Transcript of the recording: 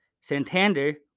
Santander